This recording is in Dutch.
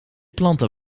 planten